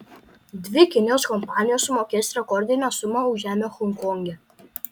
dvi kinijos kompanijos sumokės rekordinę sumą už žemę honkonge